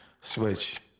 Switch